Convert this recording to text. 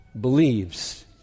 believes